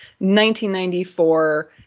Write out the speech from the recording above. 1994